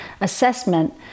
assessment